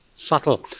subtle.